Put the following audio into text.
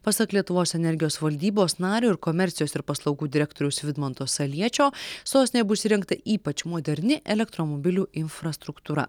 pasak lietuvos energijos valdybos nario ir komercijos ir paslaugų direktoriaus vidmanto saliečio sostinėje bus įrengta ypač moderni elektromobilių infrastruktūra